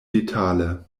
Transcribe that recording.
detale